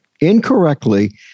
incorrectly